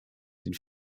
den